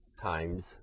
times